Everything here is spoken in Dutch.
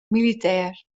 militair